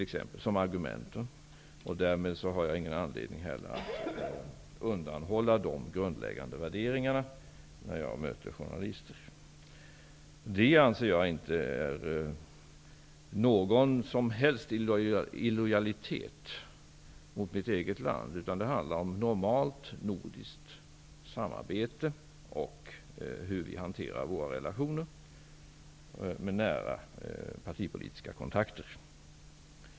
Därmed har jag heller ingen anledning att undanhålla de grundläggande värderingarna när jag möter journalister. Det anser jag inte vara någon som helst illojalitet mot mitt eget land. Det handlar om normalt nordiskt samarbete och hur vi hanterar våra relationer med nära partipolitiska kontakter.